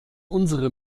unsere